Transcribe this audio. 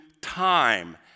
time